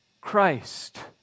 Christ